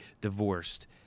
divorced